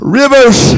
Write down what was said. rivers